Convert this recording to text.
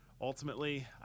ultimately